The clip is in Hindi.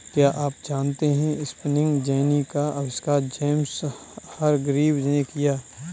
क्या आप जानते है स्पिनिंग जेनी का आविष्कार जेम्स हरग्रीव्ज ने किया?